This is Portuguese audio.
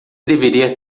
deveria